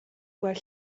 gweld